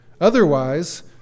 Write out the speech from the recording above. Otherwise